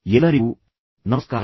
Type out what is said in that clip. ಎಲ್ಲರಿಗೂ ನಮಸ್ಕಾರ